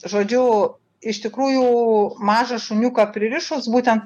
žodžiu iš tikrųjų mažą šuniuką pririšus būten